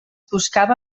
buscava